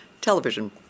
television